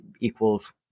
equals